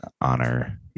honor